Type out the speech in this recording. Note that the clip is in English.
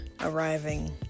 arriving